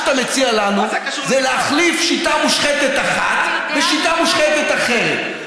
מה שאתה מציע לנו זה להחליף שיטה מושחתת אחת בשיטה מושחתת אחרת.